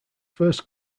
first